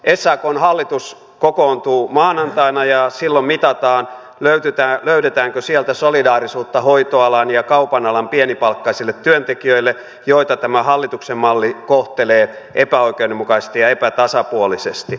sakn hallitus kokoontuu maanantaina ja silloin mitataan löydetäänkö sieltä solidaarisuutta hoitoalan ja kaupan alan pienipalkkaisille työntekijöille joita tämä hallituksen malli kohtelee epäoikeudenmukaisesti ja epätasapuolisesti